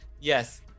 Yes